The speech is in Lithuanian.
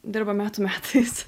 dirba metų metais